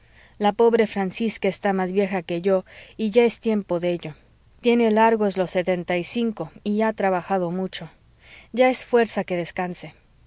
la pobre francisca está más vieja que yo y ya es tiempo de ello tiene largos los setenta y cinco y ha trabajado mucho ya es fuerza que descanse